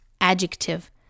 adjective